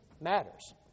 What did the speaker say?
matters